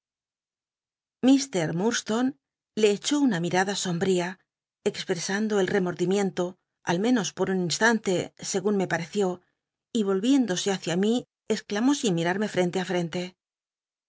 murdstonc le echó una mirada sombría expresando el remordimiento al menos por un íjw tantc segun me pareció y ohiéndose hácia mi exclamó sin mirarme frente á frente